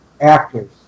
actors